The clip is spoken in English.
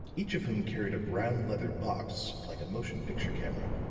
each of whom carried a brown leather box, like a motion-picture camera,